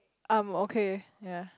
I'm okay yea